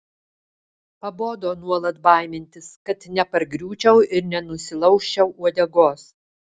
pabodo nuolat baimintis kad nepargriūčiau ir nenusilaužčiau uodegos